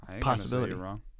Possibility